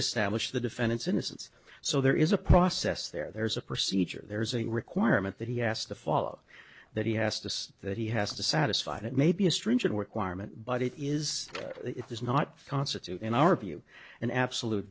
establish the defendant's innocence so there is a process there there's a procedure there's a requirement that he asked to follow that he has to say that he has to satisfy that maybe a stringent requirements but it is it does not constitute in our view an absolute